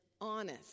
honest